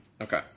Okay